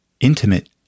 intimate